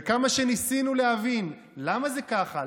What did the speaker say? וכמה שניסינו להבין למה זה ככה,